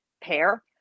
pair